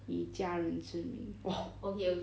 一家人之名 !wah!